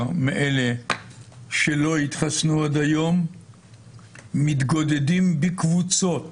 מאלה שלא התחסנו עד היום מתגודדים בקבוצות